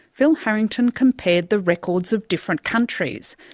phil harrington compared the records of different countries.